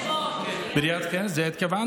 בראיית חשבון, בראיית חשבון, כן, לזה התכוונתי.